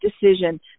decision